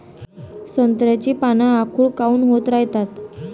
संत्र्याची पान आखूड काऊन होत रायतात?